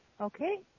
Okay